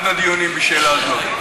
את אחד הדיונים בשאלה זו.